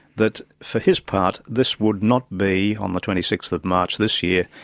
that for his part, this would not be on the twenty sixth march this year,